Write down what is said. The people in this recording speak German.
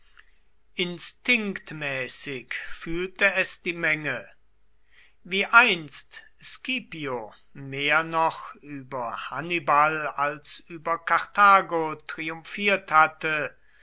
instinktmäßig fühlte es die menge wie einst scipio mehr noch über hannibal als über karthago triumphiert hatte